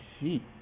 see